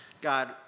God